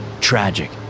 tragic